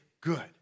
good